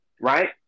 right